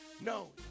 No